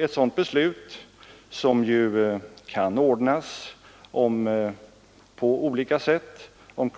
Ett sådant beslut kan ordnas på olika sätt. Om